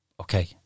Okay